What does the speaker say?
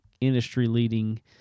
industry-leading